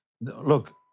Look